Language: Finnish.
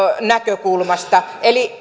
näkökulmasta eli